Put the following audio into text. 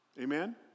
Amen